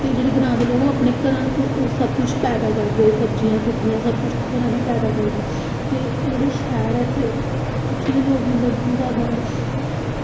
ते जेह्ड़े ग्रांऽ दे होंदे ओह् अपने घरा सबकिश पैदा करदे सब्ज़ियां सबकिश घरा दी पैदा करदे ते जेह्ड़े शैह्र ते उत्थें दे लोग मतलब की जादा